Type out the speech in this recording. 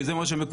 כי זה מה שמקובל.